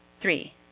Three